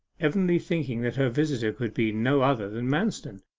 evidently thinking that her visitor could be no other than manston,